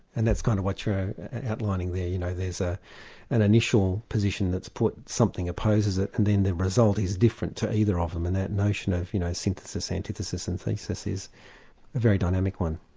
and that's kind of what you're outlining there, you know there's ah an initial position that's put, something opposes it and then the result is different to either of them. and that notion of you know synthesis, antithesis and thesis is a very dynamic one.